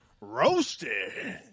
roasted